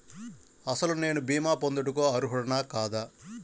అసలు నేను భీమా పొందుటకు అర్హుడన కాదా?